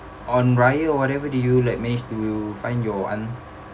on raya or whatever did you like manage to find your aunt